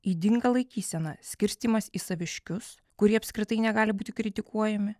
ydinga laikysena skirstymas į saviškius kurie apskritai negali būti kritikuojami